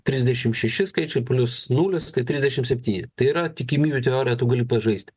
trisdešim šeši skaičiai plius nulis tai trisdešim septyni tai yra tikimybių teorija tu gali pažaisti